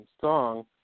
song